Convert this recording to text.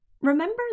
remember